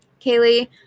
kaylee